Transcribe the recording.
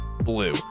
BLUE